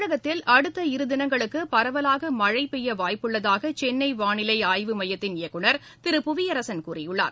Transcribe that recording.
தமிழகத்தில் அடுத்த இருதினங்களுக்கு பரவலாக மழை பெய்ய வாய்ப்புள்ளதாக சென்னை வாளிலை ஆய்வு மையத்தின் இயக்குநர் திரு புவியரசன் கூறியுள்ளார்